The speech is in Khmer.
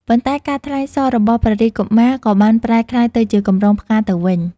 ប៉ុន្តែការថ្លែងសររបស់ព្រះរាជកុមារ ក៏បានប្រែក្លាយទៅជាកម្រងផ្កាទៅវិញ។